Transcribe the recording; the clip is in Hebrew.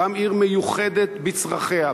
גם עיר מיוחדת בצרכיה,